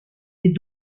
des